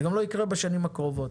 וזה גם לא יקרה בשנים הקרובות.